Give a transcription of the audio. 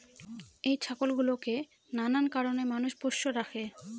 এই ছাগল গুলোকে নানান কারণে মানুষ পোষ্য রাখে